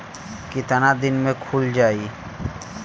कितना दिन में खुल जाई?